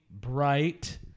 bright